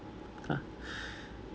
ha